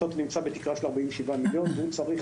הטוטו נמצא בתקרה של 47 מיליון שקלים והוא צריך